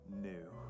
new